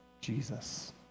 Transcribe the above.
Jesus